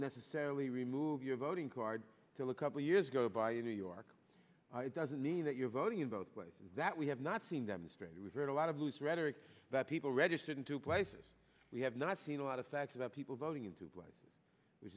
necessarily remove your voting card till a couple of years go by in new york it doesn't mean that you're voting in both places that we have not seen them straight with a lot of loose rhetoric that people registered in two places we have not seen a lot of facts about people voting into